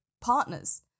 partners